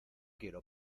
quiero